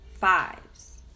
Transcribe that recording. fives